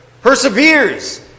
perseveres